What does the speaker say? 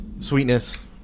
Sweetness